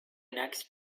next